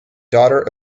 daughter